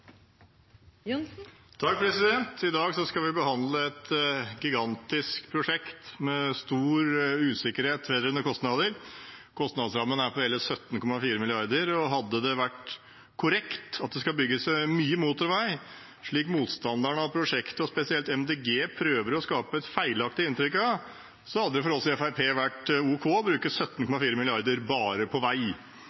vi nå. I dag skal vi behandle et gigantisk prosjekt med stor usikkerhet vedrørende kostnader. Kostnadsrammen er på hele 17,4 mrd. kr. Hadde det vært korrekt at det skal bygges mye motorvei, slik motstanderne av prosjektet og spesielt Miljøpartiet De Grønne prøver å skape et feilaktig inntrykk av, hadde det for oss i Fremskrittspartiet vært ok å bruke